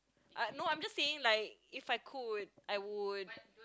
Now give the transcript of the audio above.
uh no I'm just saying if I could I would